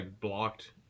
blocked